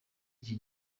iki